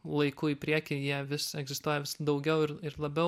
laiku į priekį jie vis egzistuoja vis daugiau ir labiau